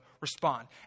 respond